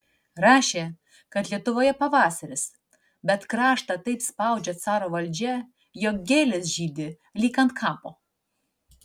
rašė kad lietuvoje pavasaris bet kraštą taip spaudžia caro valdžia jog gėlės žydi lyg ant kapo